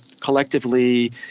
collectively